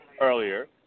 Earlier